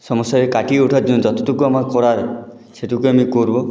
সমস্যাকে কাটিয়ে ওঠার জন্য যতটুকু আমার করার সেটুকু আমি করব